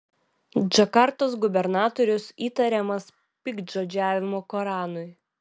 džakartos gubernatorius įtariamas piktžodžiavimu koranui